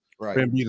Right